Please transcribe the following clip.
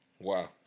Wow